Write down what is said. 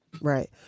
right